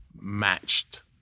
matched